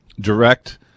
direct